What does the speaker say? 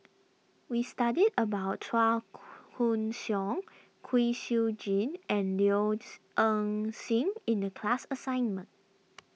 we studied about Chua Koon Siong Kwek Siew Jin and Low's Ing Sing in the class assignment